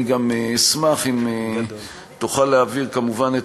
אני גם אשמח אם תוכל להעביר כמובן את